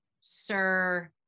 Sir